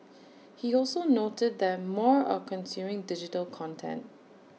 he also noted that more are consuming digital content